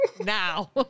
now